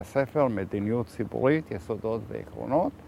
ספר על מדיניות ציבורית, יסודות ועקרונות